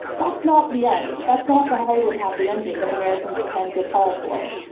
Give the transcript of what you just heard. that's not the end. that's not the hollywood happy ending that americans tend to fall for,